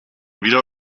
wieder